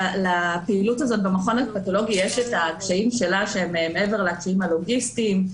לפעילות הזאת במכון הפתולוגי יש קשיים שלה שהיא מעבר לתנאים הלוגיסטיים.